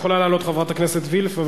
בבקשה, את יכולה לעלות, חברת הכנסת וילף.